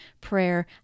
prayer